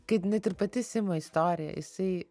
kad net ir pati simo istorija jisai